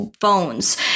phones